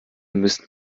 müssen